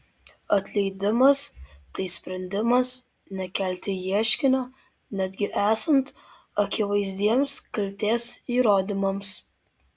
atleidimas tai sprendimas nekelti ieškinio netgi esant akivaizdiems kaltės įrodymams